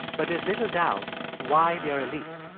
but there's little doubt why they are elite.